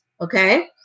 Okay